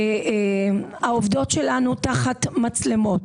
העובדות שלנו תחת מצלמות,